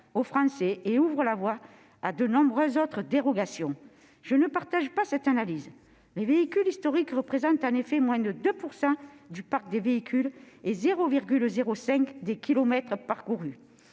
aux Français et ouvre la voie à de nombreuses autres dérogations. Je ne partage pas cette analyse. Les véhicules historiques représentent en effet moins de 2 % du parc de véhicules et 0,05 % des kilomètres parcourus.